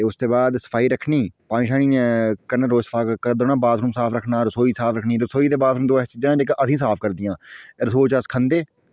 ते उसदे बाद सफाई रक्खनी पानी रक्खना बाथरूम साफ रक्खना रसोई साफ रक्खनी रसोई ते बाथरूम जेह्कियां असें बी साफ रक्खदियां रसोऽ च अस खंदे